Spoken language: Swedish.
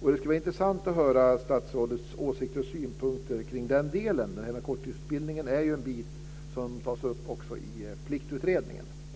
Det skulle vara intressant att höra statsrådets åsikter på och synpunkter kring detta. Korttidsutbildningen är ju en bit som också tas upp i